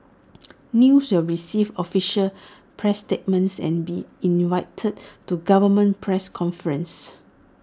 news will receive official press statements and be invited to government press conferences